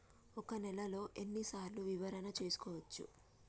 ఒక నెలలో ఎన్ని సార్లు వివరణ చూసుకోవచ్చు?